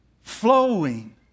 flowing